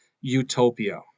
utopia